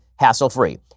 Hassle-free